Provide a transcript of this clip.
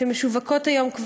שכבר משווקות היום,